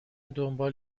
دنبال